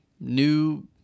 new